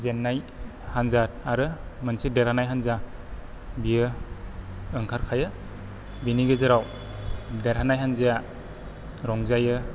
जेन्नाय हान्जा आरो मोनसे देरहाना हान्जा बियो ओंखारखायो बिनि गेजेराव देरहानाय हान्जाया रंजायो